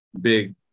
big